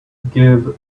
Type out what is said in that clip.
give